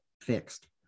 fixed